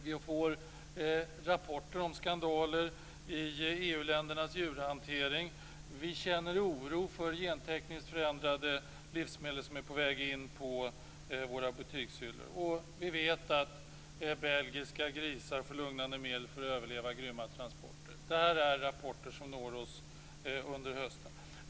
Vi får rapporter om skandaler i EU ländernas djurhantering. Vi känner oro för gentekniskt förändrade livsmedel som är på väg in på våra butikshyllor, och vi vet att belgiska grisar får lugnande medel för att överleva grymma transporter. Detta är rapporter som har nått oss under hösten. Herr talman!